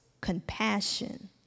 compassion